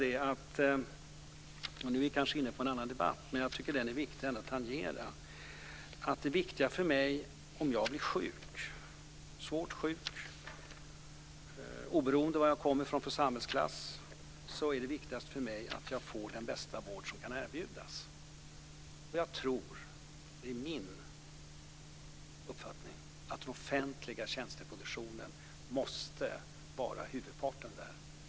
Då kanske vi är inne på en annan debatt, men jag tycker att den ändå är viktig att tangera. Det viktiga för mig om jag blir sjuk, svårt sjuk, oberoende av vad jag kommer från samhällsklass, är att jag får den bästa vård som kan erbjudas. Jag tror, det är min uppfattning, att den offentliga tjänsteproduktionen måste vara huvudparten där.